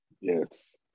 Yes